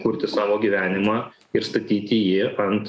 kurti savo gyvenimą ir statyti jį ant